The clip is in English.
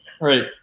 Right